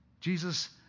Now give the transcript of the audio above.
Jesus